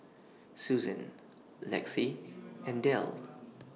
Susan Lexie and Delle